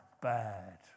bad